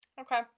Okay